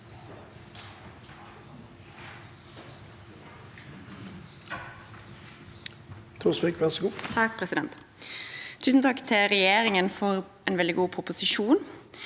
Tusen takk til regjeringen for en veldig god proposisjon.